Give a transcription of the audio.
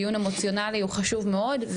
דיון אמוציונלי וחשוב מאוד.